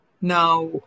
Now